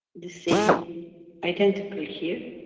the same identical here,